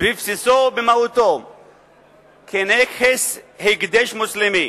בבסיסו ובמהותו כנכס הקדש מוסלמי,